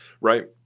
Right